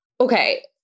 okay